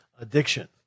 addiction